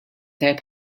tajjeb